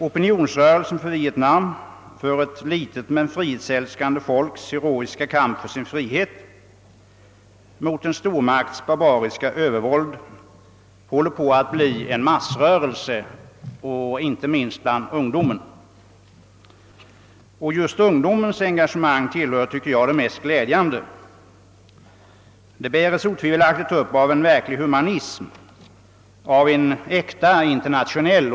Opinionsrörelsen för Vietnam, för ett litet men frihetsälskande folks heroiska kamp för sin frihet, mot en stormakts barbariska övervåld, håller på att bli en massrörelse, inte minst bland ungdomen. Och just ungdomens engagemang tillhör, tycker jag, det mest glädjande. Det bärs upp av en verklig humanism, av en äkta internationell.